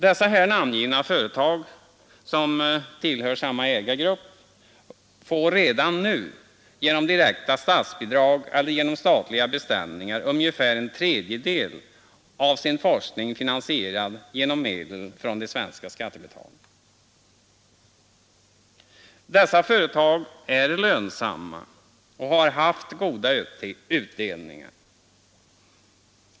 Dessa här namngivna företag, som tillhör samma ägargrupp, får redan nu — genom direkta statsbidrag eller genom statliga beställningar — ungefär en tredjedel av sin forskning finansierad med medel från de svenska skattebetalarna. Dessa företag är lönsamma och har haft goda utdelningar.